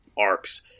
arcs